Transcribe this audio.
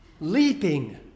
Leaping